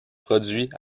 produits